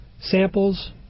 samples